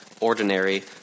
ordinary